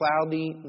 cloudy